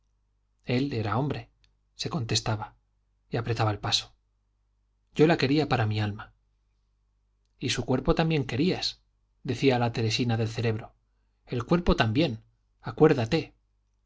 él era hombre se contestaba y apretaba el paso yo la quería para mi alma y su cuerpo también querías decía la teresina del cerebro el cuerpo también acuérdate